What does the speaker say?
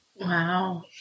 Wow